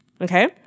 Okay